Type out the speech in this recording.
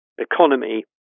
economy